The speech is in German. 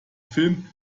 film